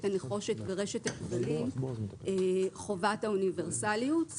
הנחושת ורשת הכבלים חובת האוניברסליות.